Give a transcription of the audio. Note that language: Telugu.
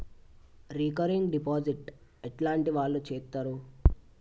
రికరింగ్ డిపాజిట్ ఎట్లాంటి వాళ్లు చేత్తరు?